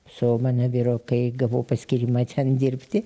su mano vyru kai gavau paskyrimą ten dirbti